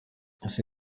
ese